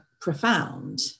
profound